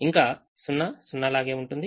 ఇంకా 0 0 లాగే ఉంటుంది